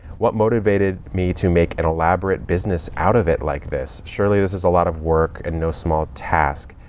what motivated me to make an elaborate business out of it like this? surely this is a lot of work and no small task.